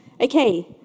Okay